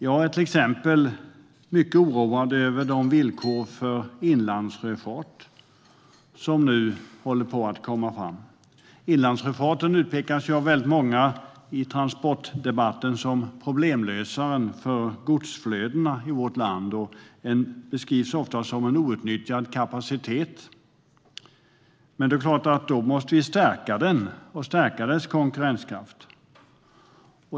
Jag är till exempel mycket oroad över de villkor för inlandssjöfarten som nu kommer fram. Inlandssjöfarten utpekas ju av många i transportdebatten som problemlösaren för godsflödena i vårt land och beskrivs ofta som en outnyttjad kapacitet. Men då måste vi såklart stärka den och stärka dess konkurrenskraft.